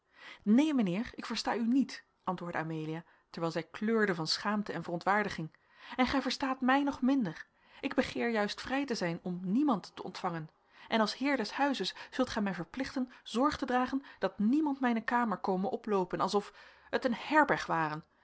neen mijnheer ik versta u niet antwoordde amelia terwijl zij kleurde van schaamte en verontwaardiging en gij verstaat mij nog minder ik begeer juist vrij te zijn om niemand te ontvangen en als heer des huizes zult gij mij verplichten zorg te dragen dat niemand mijne kamer kome oploopen alsof het een herberg ware